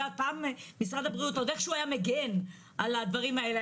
פעם משרד הבריאות עוד איכשהו היה מגן על הדברים האלה,